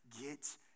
Get